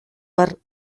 per